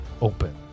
open